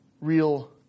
real